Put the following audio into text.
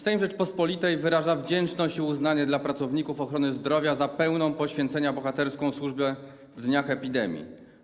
Sejm Rzeczypospolitej wyraża wdzięczność i uznanie dla pracowników ochrony zdrowia za pełną poświęcenia bohaterską służbę w dniach epidemii.